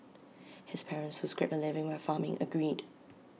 his parents who scraped A living by farming agreed